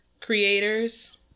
creators